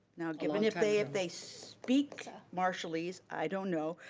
now given if they if they speak marshallese, i don't know,